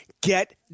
Get